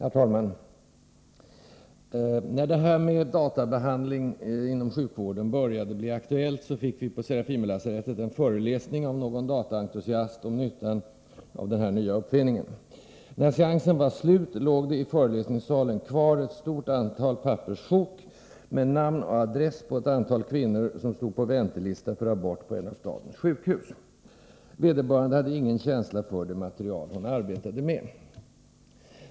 Herr talman! När det började bli aktuellt med databehandling inom sjukvården fick vi på Serafimerlasarettet en föreläsning av någon dataentusiast om nyttan av denna nya uppfinning. När seansen var slut låg det i föreläsningssalen kvar ett stort antal papperssjok med namn och adress på kvinnor som stod på väntelista för abort på ett av stadens sjukhus. Vederbörande föreläsare hade ingen känsla för det material hon arbetade med.